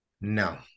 No